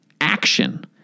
action